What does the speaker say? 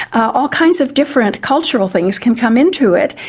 all kinds of different cultural things can come into it,